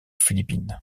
philippines